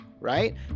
right